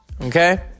okay